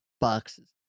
boxes